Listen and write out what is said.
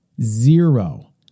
Zero